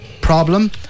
problem